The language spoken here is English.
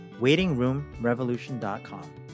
WaitingRoomRevolution.com